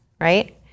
right